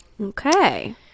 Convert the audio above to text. Okay